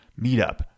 meetup